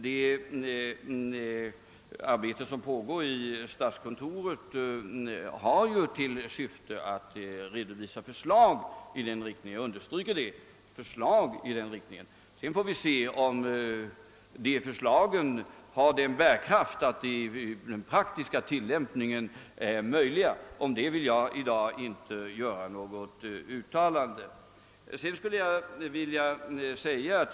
Det arbete som pågår i statskontoret har till syfte att redovisa förslag i denna riktning. Sedan får vi se om dessa förslag har den bärkraften att de praktiskt kan tillämpas, men härom vill jag inte göra något uttalande i dag.